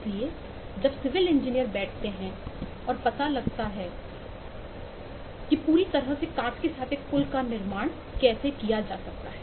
इसलिए जब civil engineer बैठते हैं और पता लगाते हैं कि पूरी तरह से कांच के साथ एक पुल का निर्माण कैसे किया जा सकता है